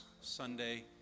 Sunday